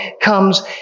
comes